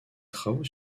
travaux